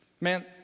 Man